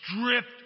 stripped